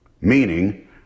Meaning